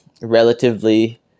relatively